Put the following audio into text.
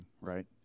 right